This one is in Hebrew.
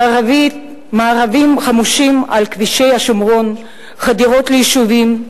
מארבים חמושים על כבישי השומרון, חדירות ליישובים,